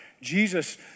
Jesus